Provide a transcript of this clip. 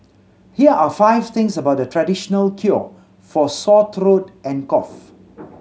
here are five things about the traditional cure for sore throat and cough